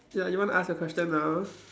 ya you want to ask your question now